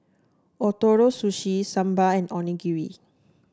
Ootoro Sushi Sambar and Onigiri